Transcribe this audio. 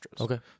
Okay